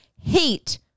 hate